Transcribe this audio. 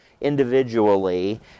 individually